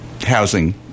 housing